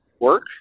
work